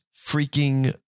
freaking